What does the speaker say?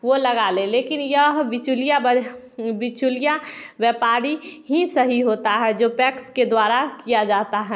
वो लगा ले लेकिन यह बिचोलिया ब बिचोलिया व्यापारी ही सही होता है जो पैक्स के द्वारा किया जाता है